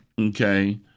okay